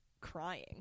crying